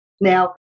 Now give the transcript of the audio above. Now